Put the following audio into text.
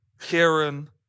Kieran